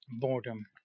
Boredom